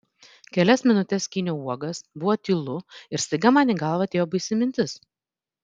kelias minutes skyniau uogas buvo tylu ir staiga man į galvą atėjo baisi mintis